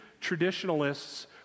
traditionalists